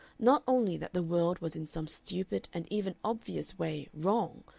not only that the world was in some stupid and even obvious way wrong,